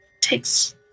takes